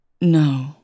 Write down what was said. No